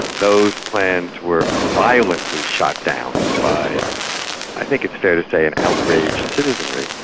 those plans were violently shot down by i think it's fair to say, an outraged citizenry,